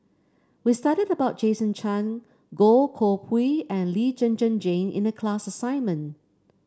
we studied about Jason Chan Goh Koh Pui and Lee Zhen Zhen Jane in the class assignment